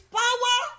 power